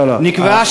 לא, לא.